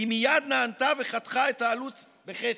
היא מייד נענתה וחתכה את העלות בחצי,